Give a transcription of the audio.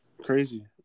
Crazy